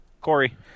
Corey